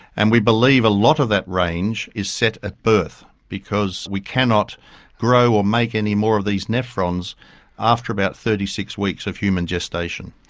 and we believe a lot of that range is set at birth because we cannot grow or make any more of these nephrons after about thirty six weeks of human gestation.